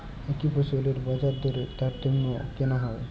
একই ফসলের বাজারদরে তারতম্য কেন হয়?